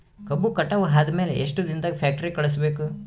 ಕಬ್ಬು ಕಟಾವ ಆದ ಮ್ಯಾಲೆ ಎಷ್ಟು ದಿನದಾಗ ಫ್ಯಾಕ್ಟರಿ ಕಳುಹಿಸಬೇಕು?